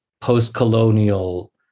post-colonial